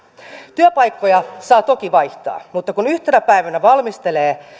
työpaikkoja saa toki vaihtaa mutta kun yhtenä päivänä valmistelee